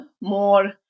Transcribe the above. more